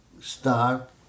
start